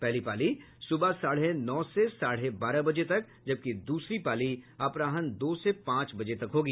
पहली पाली सुबह साढ़े नौ से साढ़े बारह बजे तक जबकि दूसरी पाली अपराहन दो से पांच बजे तक होगी